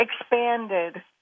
expanded